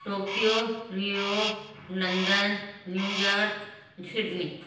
Tokyo Rio London New York Sydney